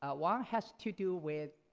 ah one has to do with